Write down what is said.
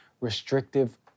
restrictive